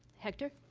hector? oh,